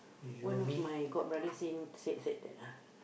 one of my godbrother seen said said that lah